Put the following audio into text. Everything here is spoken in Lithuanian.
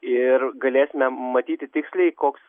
ir galėsime matyti tiksliai koks